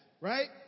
right